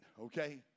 okay